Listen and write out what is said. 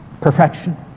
perfection